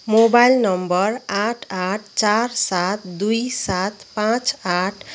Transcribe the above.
mobile number आठ आठ चार सात दुई सात पाँच आठ